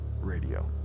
Radio